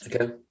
okay